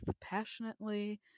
passionately